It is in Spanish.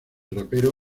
rapero